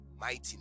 mighty